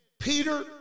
Peter